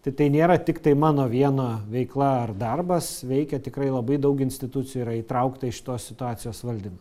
tai nėra tiktai mano vieno veikla ar darbas veikia tikrai labai daug institucijų yra įtraukta į šitos situacijos valdymą